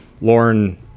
Lauren